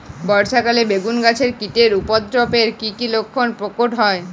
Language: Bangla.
বর্ষা কালে বেগুন গাছে কীটের উপদ্রবে এর কী কী লক্ষণ প্রকট হয়?